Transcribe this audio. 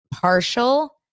partial